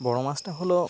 বড় মাছটা হলো